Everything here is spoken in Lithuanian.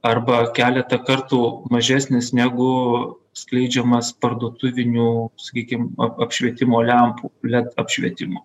arba keletą kartų mažesnis negu skleidžiamas parduotuvinių sakykim ap apšvietimo lempų led apšvietimo